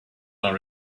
are